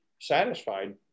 satisfied